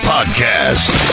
Podcast